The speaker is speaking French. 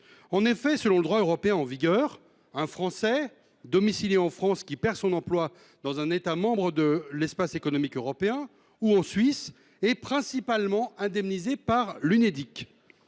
En effet, selon le droit européen en vigueur, un Français domicilié en France qui perd son emploi dans un État membre de l’Espace économique européen ou en Suisse est principalement indemnisé par l’Unédic.